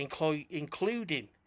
Including